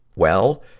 well,